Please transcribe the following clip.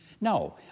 No